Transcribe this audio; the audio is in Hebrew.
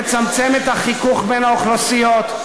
תצמצם את החיכוך בין האוכלוסיות,